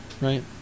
right